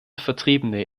vertriebene